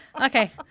Okay